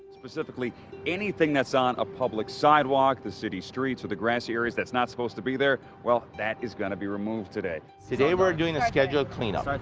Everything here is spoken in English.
specifically anything that's on a public sidewalk the city's streets are the grassy areas that's not supposed to be there. well, that is gonna be removed today. today we're doing a scheduled cleanup.